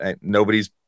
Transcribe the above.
nobody's